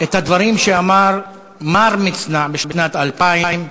את הדברים שאמר מר מצנע בשנת 2000,